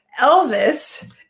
Elvis